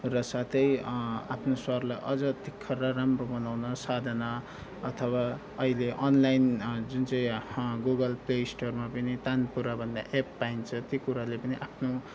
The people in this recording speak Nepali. र साथै आफ्नो स्वरलाई अझ तिख्खर र राम्रो बनाउन साधना अथवा अहिले अनलाइन जुन चाहिँ गुगल प्ले स्टोरमा पनि तानपुरा भन्ने एप पाइन्छ ती कुराले पनि आफ्नो